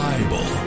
Bible